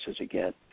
again